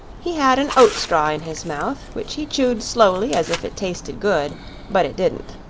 he had an oat-straw in his mouth, which he chewed slowly as if it tasted good but it didn't.